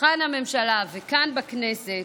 שולחן הממשלה וכאן בכנסת,